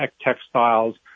textiles